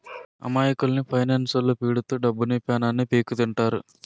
అమాయకుల్ని ఫైనాన్స్లొల్లు పీడిత్తు డబ్బుని, పానాన్ని పీక్కుతింటారు